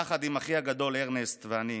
יחד עם אחי הגדול ארנסט ואיתי,